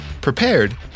prepared